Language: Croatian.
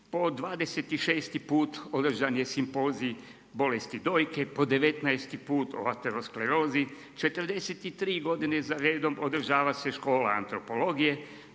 po 26. put održan je Simpozij bolesti dojke, po 19. o laterosklerozi, 43 godine za redom održava se Škola antropologije,